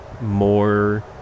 more